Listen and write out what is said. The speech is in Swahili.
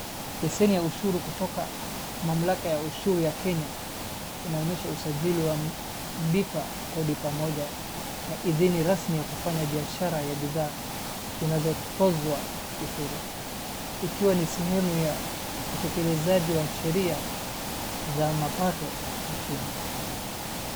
Lesheni ya ushuru kutoka mamlaka ya ushuru ya Kenya inaonyesha usajili wa mlipa kodi pamoja na idhini rasmi ya kufanya biashara ya bidhaa zinzotozwa ushuru. Ikiwa ni sehemu ya utekelezaji wa sheria za mapato nchini.